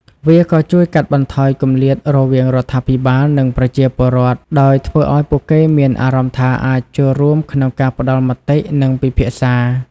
វាក៏ជួយកាត់បន្ថយគម្លាតរវាងរដ្ឋាភិបាល និងប្រជាពលរដ្ឋ ដោយធ្វើឱ្យពួកគេមានអារម្មណ៍ថាអាចចូលរួមក្នុងការផ្តល់មតិ និងពិភាក្សា។